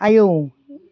आयौ